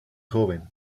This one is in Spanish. joven